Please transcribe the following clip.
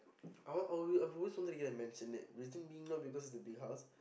I want I've always wanted to get a mansionette recently not because it's a big house